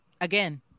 Again